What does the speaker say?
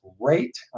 great